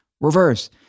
reverse